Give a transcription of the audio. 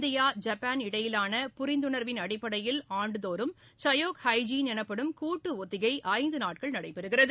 India Japan இடையேயான புரிந்துணா்வின் அடிப்படையில் ஆண்டுதோறும் சயோக் ஹைஜீன் எனப்படும் கூட்டு ஒத்திகை ஐந்து நாட்கள் நடைபெறவுள்ளது